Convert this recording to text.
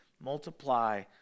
multiply